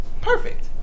perfect